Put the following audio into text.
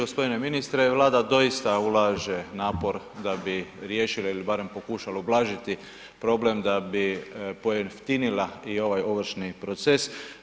Gospodine ministre, Vlada doista ulaže napor da bi riješila ili barem pokušala ublažiti problem da pojeftinila i ovaj ovršni proces.